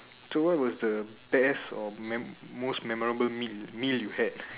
so what was the best or main most memorable meal meal you had